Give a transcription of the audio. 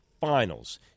finals